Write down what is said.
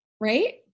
right